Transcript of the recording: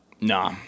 No